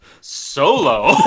Solo